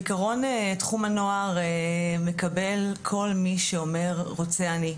בעקרון תחום הנוער מקבל כל מי שאומר רוצה אני.